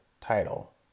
title